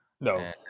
No